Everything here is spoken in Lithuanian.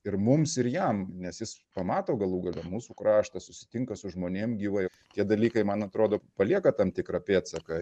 ir mums ir jam nes jis pamato galų gale mūsų kraštas susitinka su žmonėm gyvai tie dalykai man atrodo palieka tam tikrą pėdsaką